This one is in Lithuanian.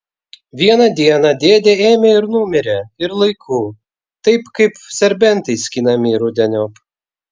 vieną dieną dėdė ėmė ir numirė ir laiku taip kaip serbentai skinami rudeniop